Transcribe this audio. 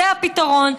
זה הפתרון,